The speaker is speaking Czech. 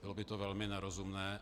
Bylo by to velmi nerozumné.